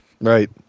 Right